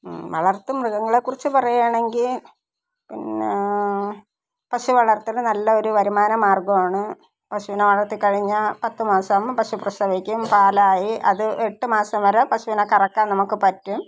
വളർത്തുമൃഗങ്ങളെക്കുറിച്ച് പറയുകയാണെങ്കിൽ പിന്നെ പശുവളർത്തൽ നല്ല ഒരു വരുമാനമാര്ഗ്ഗമാണ് പശൂനെ വളർത്തിക്കഴിഞ്ഞാൽ പത്തുമാസമാകുമ്പോള് പശു പ്രസവിക്കും പാലായി അത് എട്ടുമാസം വരെ പശൂനെ കറക്കാൻ നമുക്ക് പറ്റും